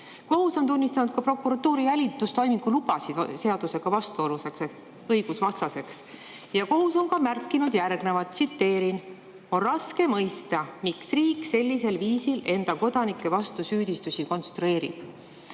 Kohus on tunnistanud ka prokuratuuri jälitustoimingu lubasid seadusega vastuolus olevaks ehk õigusvastaseks. Ja kohus on märkinud järgnevat, tsiteerin: "On raske mõista, miks riik sellisel viisil enda kodanike vastu süüdistusi konstrueerib."Tegelikus